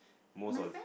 most of the